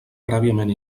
prèviament